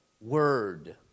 word